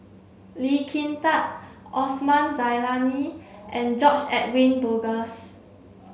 Lee Kin Tat Osman Zailani and George Edwin Bogaars